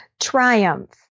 Triumph